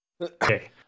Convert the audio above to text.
Okay